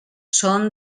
són